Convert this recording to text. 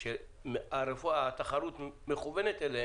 אליהם מכוונת התחרות,